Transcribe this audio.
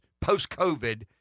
post-COVID